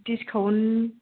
discount